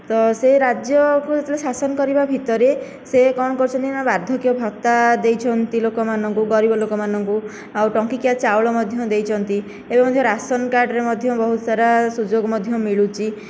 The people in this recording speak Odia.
ତ ସେ ରାଜ୍ୟକୁ ଯେତେବେଳେ ଶାସନ କରିବା ଭିତରେ ସେ କ'ଣ କରିଛନ୍ତି ନା ବାର୍ଦ୍ଧକ୍ୟ ଭତା ଦେଇଛନ୍ତି ଲୋକ ମାନଙ୍କୁ ଗରିବ ଲୋକମାନଙ୍କୁ ଆଉ ଟଙ୍କିକିଆ ଚାଉଳ ମଧ୍ୟ ଦେଇଛନ୍ତି ଏବଂ ସେ ରାସନ କାର୍ଡ଼ ରେ ମଧ୍ୟ ବହୁତ ସାରା ସୁଯୋଗ ମଧ୍ୟ ମିଳୁଛି